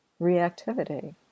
reactivity